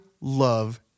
love